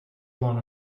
blown